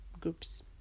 groups